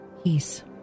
peace